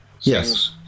Yes